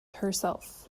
herself